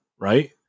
right